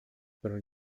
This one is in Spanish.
pearl